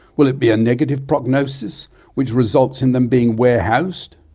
will it be a negative prognosis which results in them being warehoused,